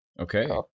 Okay